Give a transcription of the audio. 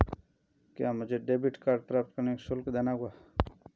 क्या मुझे debit card प्राप्त करने के लिए शुल्क देना होगा?